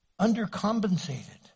undercompensated